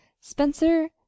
spencer